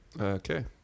okay